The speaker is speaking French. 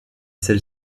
celle